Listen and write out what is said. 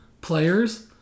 players